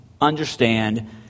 understand